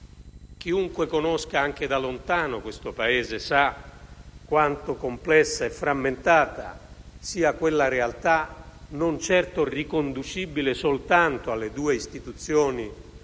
Chiunque conosca, anche da lontano, questo Paese, sa quanto complessa e frammentata sia quella realtà, non certo riconducibile soltanto alle due istituzioni